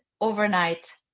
overnight